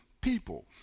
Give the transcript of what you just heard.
people